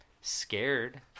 Scared